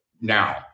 now